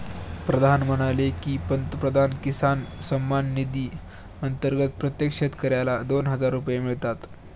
प्रधान म्हणाले की, पंतप्रधान किसान सन्मान निधी अंतर्गत प्रत्येक शेतकऱ्याला दोन हजार रुपये मिळतात